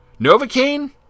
Novocaine